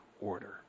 order